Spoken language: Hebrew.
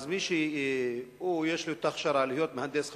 אז מי שיש לו הכשרה להיות מהנדס חשמל,